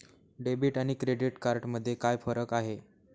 Debit आणि credit card मध्ये काय फरक आहे?